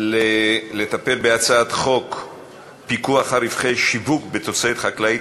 לטפל בהצעת חוק פיקוח על רווחי שיווק בתוצרת חקלאית,